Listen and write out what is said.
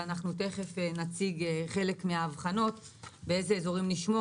ואנחנו תיכף נציג באיזה אזורים נשמור